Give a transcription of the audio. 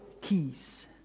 keys